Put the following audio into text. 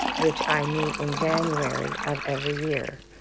which i meet in january of every year.